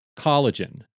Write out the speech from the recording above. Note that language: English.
Collagen